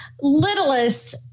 littlest